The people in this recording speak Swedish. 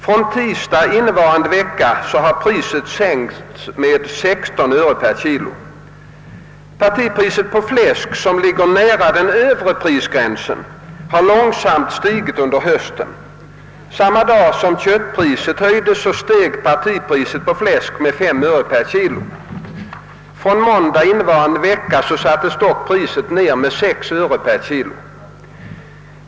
Från tisdag innevarande vecka har priset sänkts med 16 öre per kg. Partipriset på fläsk, som ligger nära den övre prisgränsen, har långsamt stigit under hösten. Samma dag som köttpriset höjdes steg partipriset på fläsk med 5 öre per kg. Från måndag innevarande vecka sattes dock priset ner med 6 öre per kg.